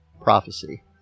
prophecy